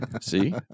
See